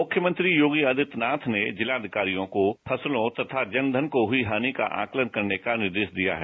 मुख्यमंत्री योगी आदित्यनाथ ने जिलाधिकारियों को फसलों तथा जनधन को हुई हानि का आकलन करने का निर्देश दिया है